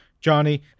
Johnny